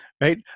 right